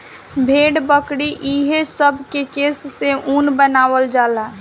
भेड़, बकरी ई हे सब के केश से ऊन बनावल जाला